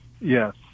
Yes